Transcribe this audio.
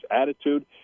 attitude